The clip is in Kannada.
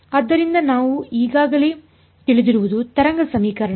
ಆದ್ದರಿಂದ ನಾವು ಈಗಾಗಲೇ ತಿಳಿದಿರುವುದು ತರಂಗ ಸಮೀಕರಣ